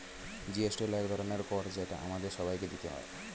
GST হল এক ধরনের কর যেটা আমাদের সবাইকে দিতে হয়